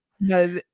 no